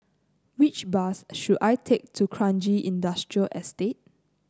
which bus should I take to Kranji Industrial Estate